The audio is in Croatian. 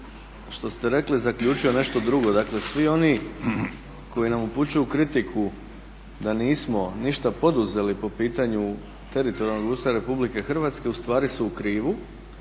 što ste rekli zaključio nešto drugo. Dakle svi oni koji nam upućuju kritiku da nismo ništa poduzeli po pitanju teritorijalnog ustroja Republike Hrvatske ustvari su u krivu